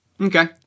Okay